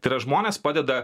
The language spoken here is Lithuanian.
tai yra žmonės padeda